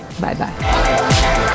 Bye-bye